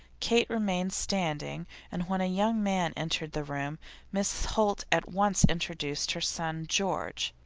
kate remained standing and when a young man entered the room mrs. holt at once introduced her son, george.